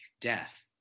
death